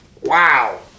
Wow